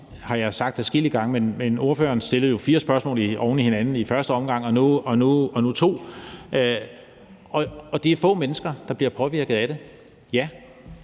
har jeg sagt adskillige gange, men ordføreren stillede jo fire spørgsmål oven i hinanden i første omgang og nu to. Det er få mennesker, der bliver påvirket af det, ja,